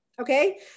okay